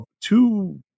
two